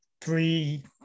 three